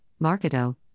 Marketo